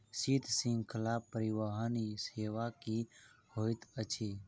शीत श्रृंखला परिवहन सेवा की होइत अछि?